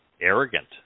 Arrogant